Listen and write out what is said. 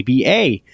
ABA